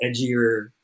edgier